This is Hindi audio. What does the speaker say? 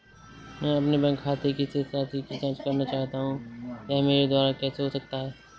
मैं अपने बैंक खाते की शेष राशि की जाँच करना चाहता हूँ यह मेरे द्वारा कैसे हो सकता है?